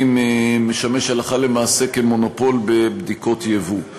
משמש הלכה למעשה כמונופול בבדיקות יבוא.